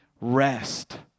rest